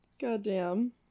goddamn